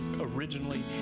originally